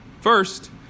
First